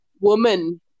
woman